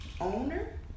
owner